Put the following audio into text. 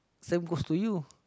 same goes to you